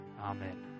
Amen